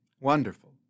wonderful